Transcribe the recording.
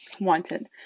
wanted